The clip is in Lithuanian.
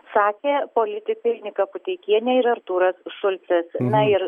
sakė politikai nika puteikienė ir artūras šulcas na ir